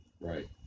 Right